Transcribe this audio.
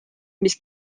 mis